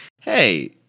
hey